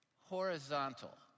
horizontal